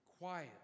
quiet